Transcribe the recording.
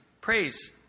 praise